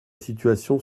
situation